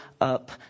up